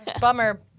bummer